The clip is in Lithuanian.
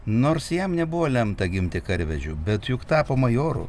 nors jam nebuvo lemta gimti karvedžiu bet juk tapo majoru